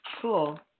Cool